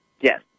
Yes